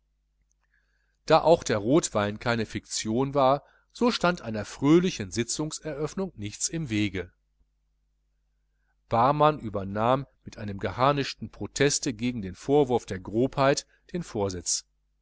da auch der rotwein keine fiktion war so stand einer fröhlichen sitzungseröffnung nichts im wege barmann übernahm mit einem geharnischten proteste gegen den vorwurf der grobheit den vorsitz